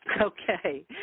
Okay